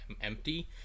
empty